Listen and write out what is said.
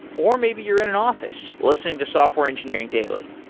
or maybe you're in and office listening to software engineering daily.